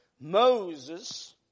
Moses